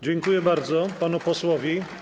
Dziękuję bardzo panu posłowi.